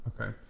Okay